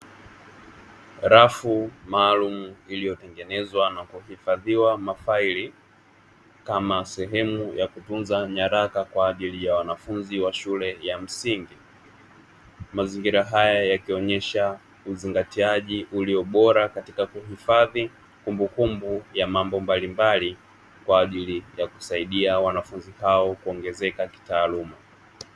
Rafu maalumu iliyotengenezwa na kuhifadhiwa mafaili kama sehemu ya kutunza nyaraka kwa ajili ya wanafunzi wa shule ya msingi, mazingira haya yakionesha uzingatiaji uliobora katika kuhifadhi kumbukumbu ya mambo mbali mbali kwa ajili ya kusaidia wanafunzi hao kuongezeka kitaaluma.